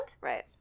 right